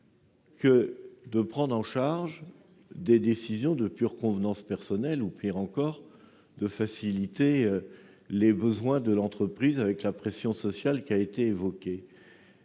que de prendre en charge des décisions de pure convenance personnelle ou, pire encore, de faciliter les besoins de l'entreprise ? En outre, est-ce la vocation de